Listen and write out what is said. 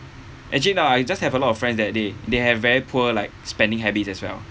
actually no I just have a lot of friends that they they have very poor like spending habits as well